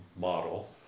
model